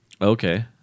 Okay